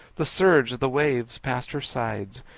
the surge of the waves past her sides,